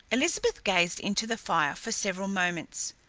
elizabeth gazed into the fire for several moments,